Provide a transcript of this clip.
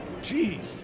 Jeez